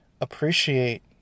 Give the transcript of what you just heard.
appreciate